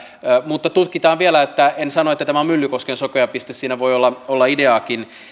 mutta tutkitaan vielä en sano että tämä on myllykosken sokea piste siinä voi olla olla ideaakin